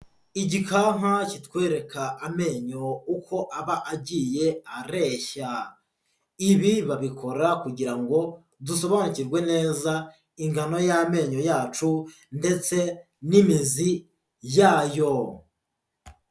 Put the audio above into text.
Igikanka kitwereka amenyo uko aba agiye areshya, ibi babikora kugira ngo dusobanukirwe neza ingano y'amenyo yacu ndetse n'imizi yayo.